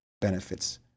benefits